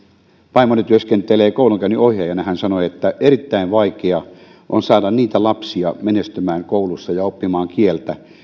vaimoni työskentelee koulunkäynninohjaajana ja hän sanoi että erittäin vaikea on saada niitä lapsia menestymään koulussa ja oppimaan kieltä